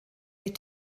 die